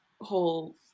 whole